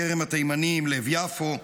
כרם התימנים, לב יפו,